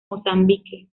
mozambique